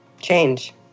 Change